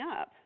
up